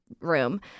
room